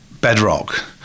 bedrock